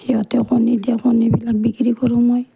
সিহঁতক আমি এতিয়া কণীবিলাক বিক্ৰী কৰোঁ মই